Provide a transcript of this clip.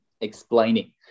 explaining